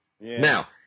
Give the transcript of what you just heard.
Now